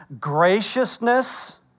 graciousness